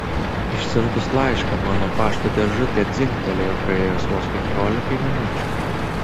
išsiuntus laišką mano pašto dėžutė dzingtelėjo praėjus vos penkiolikai minučių